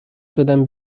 شدم